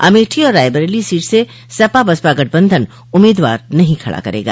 अमेठी और रायबरेली सीट से सपा बसपा गठबंधन उम्मीदवार नहीं खड़ा करेगा